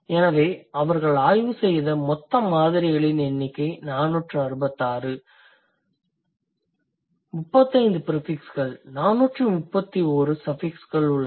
எனவே அவர்கள் ஆய்வு செய்த மொத்த மாதிரிகளின் எண்ணிக்கை 466 35 ப்ரிஃபிக்ஸ்கள் 431 சஃபிக்ஸ்கள் உள்ளன